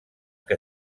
que